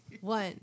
One